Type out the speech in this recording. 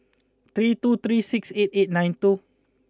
three two three six eight eight nine two